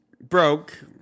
broke